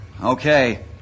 Okay